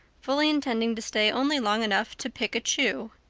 fully intending to stay only long enough to pick a chew.